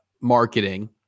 marketing